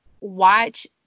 watch